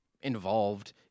involved